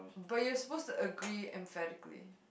but you're supposed to agree emphatically